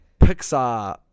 Pixar